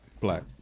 Black